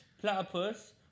platypus